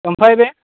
ओमफ्राइ बे